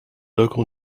local